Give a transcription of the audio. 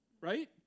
right